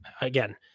again